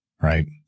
right